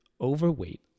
overweight